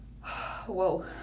Whoa